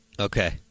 Okay